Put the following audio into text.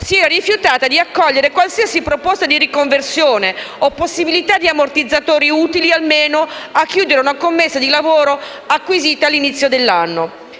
si era rifiutata di accogliere qualsiasi proposta di riconversione o possibilità di ammortizzatori utili, almeno, a chiudere una commessa di lavoro acquisita all'inizio dell'anno.